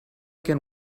can